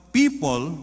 people